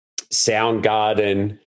Soundgarden